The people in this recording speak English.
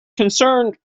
concerned